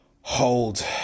hold